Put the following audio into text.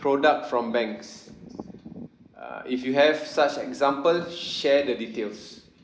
product from banks uh if you have such example share the details